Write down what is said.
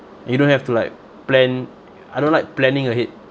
you don't have to like plan I don't like planning ahead